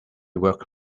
work